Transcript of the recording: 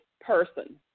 person